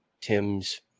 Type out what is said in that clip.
Tim's